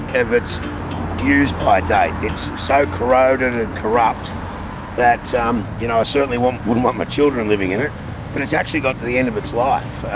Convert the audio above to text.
of its use-by date. it's so corroded and corrupt that, um you know, i certainly wouldn't want my children living in it. but it's actually got to the end of its life.